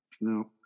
No